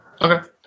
Okay